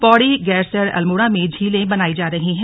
पौड़ी गैरसैंण अल्मोड़ा में झीलें बनायी जा रही हैं